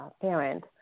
parent